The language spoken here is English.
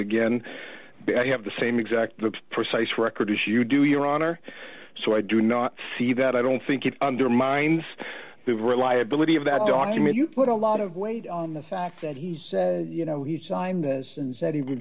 again i have the same exact precise record as you do your honor so i do not see that i don't think it undermines the reliability of that document you put a lot of weight on the fact that he's you know he